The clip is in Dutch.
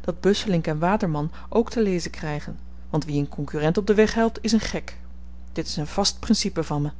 dat busselinck waterman ook te lezen krygen want wie een konkurrent op den weg helpt is een gek dit is een vast principe van me